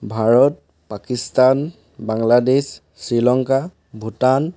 Bharat Pakistan Bangladesh Sri Lanka Bhutan